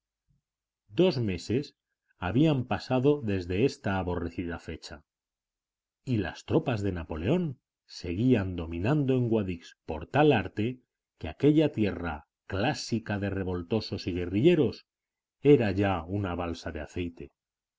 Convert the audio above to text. dos meses habían pasado desde esta aborrecida fecha y las tropas de napoleón seguían dominando en guadix por tal arte que aquella tierra clásica de revoltosos y guerrilleros era ya una balsa de aceite